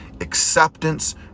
acceptance